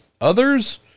others